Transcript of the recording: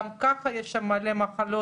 גם ככה יש שם הרבה מחלות,